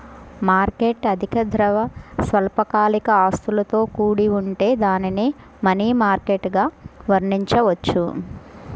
market అధిక ద్రవ, స్వల్పకాలిక ఆస్తులతో కూడి ఉంటే దానిని మనీ మార్కెట్గా వర్ణించవచ్చు